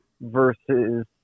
versus